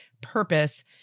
purpose